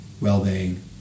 well-being